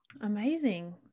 Amazing